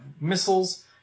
missiles